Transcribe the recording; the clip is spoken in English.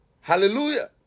Hallelujah